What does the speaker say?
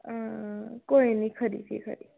हां कोई निं खरी भी खरी